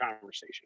conversation